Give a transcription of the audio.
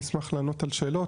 נשמח לענות על שאלות,